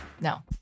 No